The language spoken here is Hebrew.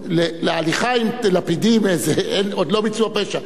הליכה עם לפידים זה עוד לא ביצוע פשע.